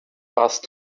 warst